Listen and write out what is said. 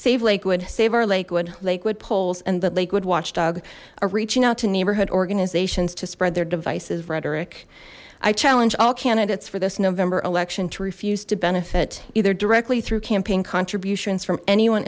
save lakewood save our lakewood lakewood polls and the lakewood watchdog are reaching out to neighborhood organizations to spread their divisive rhetoric i challenge all candidates for this november election to refuse to benefit either directly through campaign contributions from anyone